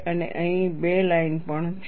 અને અહીં 2 લાઈન પણ છે